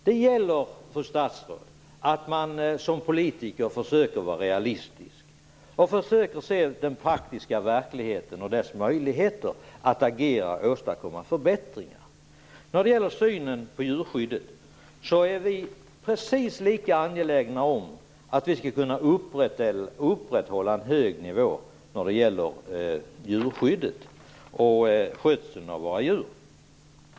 Det gäller, fru statsråd, att man som politiker försöker att vara realistisk och ser den praktiska verkligheten och dess möjligheter att åstadkomma förbättringar. Vi är precis lika angelägna om att upprätthålla en hög nivå när det gäller djurskyddet och skötseln av våra djur.